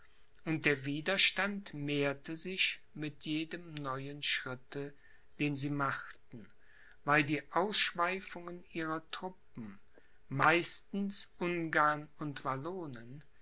und der widerstand mehrte sich mit jedem neuen schritte den sie machten weil die ausschweifungen ihrer truppen meistens ungarn und wallonen